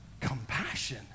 compassion